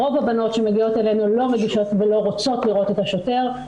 רוב הבנות שמגיעות אלינו לא מגישות ולא רוצות לראות את השוטר,